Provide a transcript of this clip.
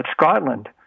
Scotland